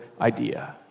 idea